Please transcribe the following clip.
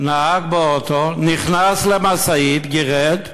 נהג באוטו, נכנס במשאית, גירד,